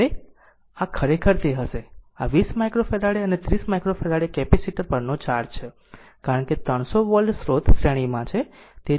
હવે આ ખરેખર તે હશે આ 20 માઈક્રોફેરાડે અને 30 માઈક્રોફેરાડે કેપેસિટર પરનો ચાર્જ છે કારણ કે તે 300 વોલ્ટેજ સ્રોત સાથે શ્રેણીમાં છે